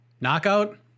Knockout